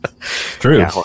True